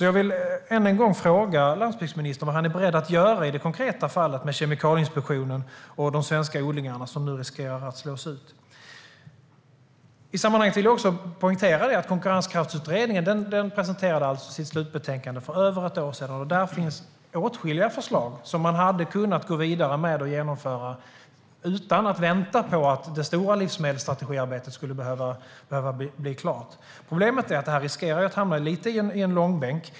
Jag vill än en gång fråga landsbygdsministern vad han är beredd att göra i det konkreta fallet med Kemikalieinspektionen och de svenska odlingarna som nu riskerar att slås ut. I sammanhanget vill jag poängtera att Konkurrenskraftsutredningen presenterade sitt slutbetänkande för över ett år sedan. Där finns åtskilliga förslag som man hade kunnat gå vidare med och genomföra utan att vänta på att det stora livsmedelsstrategiarbetet skulle bli klart. Problemet är att detta riskerar att lite grann dras i långbänk.